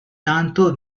tanto